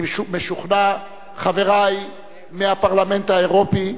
אני שוב משוכנע, חברי מהפרלמנט האירופי,